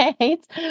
right